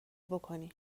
بکنی